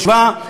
היא חשובה,